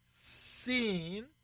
seen